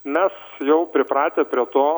mes jau pripratę prie to